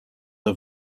are